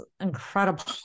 incredible